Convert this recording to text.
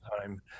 time